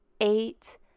eight